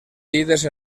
líders